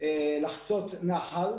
לחצות נחל.